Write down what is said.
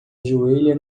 ajoelha